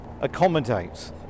accommodate